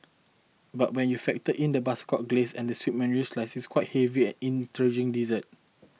but when you factor in the butterscotch glace and sweet mandarin slices quite heavy intriguing dessert